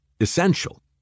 Essential